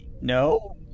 No